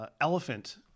elephant